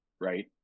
Right